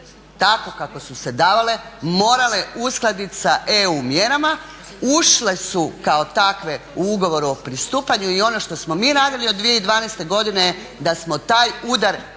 tako kako su se davale morale uskladiti sa EU mjerama, ušle su kao takve u Ugovor o pristupanju i ono što smo mi radili od 2012. godine je da smo taj udar